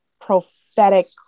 prophetic